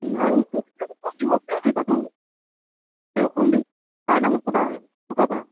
আৰু অসম দিৱক যে আমি পাতো সেই অসম দিৱ কাৰ নামত পতা হয় চুকাফাৰ